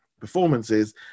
performances